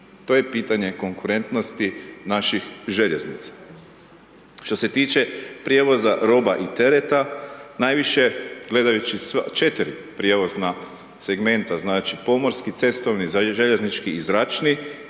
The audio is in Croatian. to je pitanje konkurentnosti naših željeznica. Što se tiče prijevoza roba i tereta, najviše gledajući 4 prijevozna segmenta, znači pomorski, cestovni, željeznički i zračni